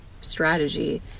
strategy